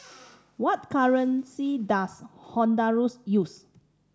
what currency does Honduras use